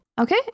Okay